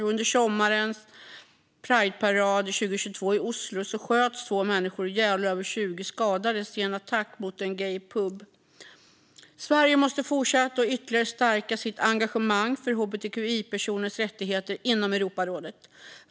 Under förra sommarens prideparad i Oslo sköts två människor ihjäl och över 20 skadades i en attack mot en gaypub. Sverige måste fortsätta och ytterligare stärka sitt engagemang för hbtqi-personers rättigheter inom Europarådet.